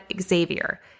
Xavier